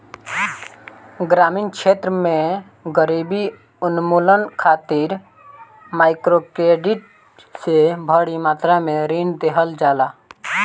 ग्रामीण क्षेत्र में गरीबी उन्मूलन खातिर माइक्रोक्रेडिट से भारी मात्रा में ऋण देहल जाला